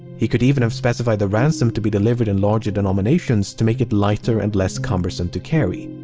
he could even have specified the ransom to be delivered in larger denominations to make it lighter and less cumbersome to carry.